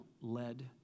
led